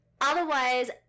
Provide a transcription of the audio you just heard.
otherwise